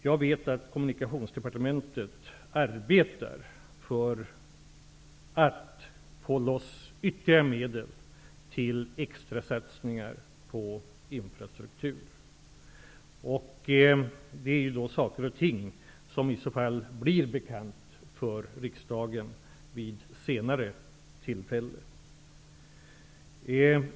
Jag vet att Kommunikationsdepartementet arbetar för att få loss ytterligare medel till extra satsningar på infrastrukturen. Det är saker och ting som blir bekanta för riksdagen vid ett senare tillfälle.